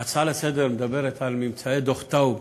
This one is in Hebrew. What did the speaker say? ההצעה לסדר-היום מדברת על ממצאי דוח טאוב,